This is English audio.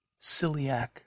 celiac